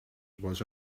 was